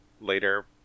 later